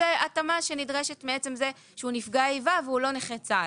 זו התאמה שנדרשת מעצם זה שהוא נפגע איבה והוא לא נכה צה"ל,